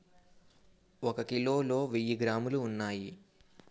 ఒక కిలోలో వెయ్యి గ్రాములు ఉన్నాయి